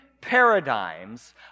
paradigms